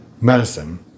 medicine